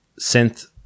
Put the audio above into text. synth